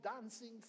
dancing